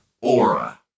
aura